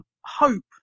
hope